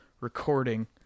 recording